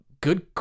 Good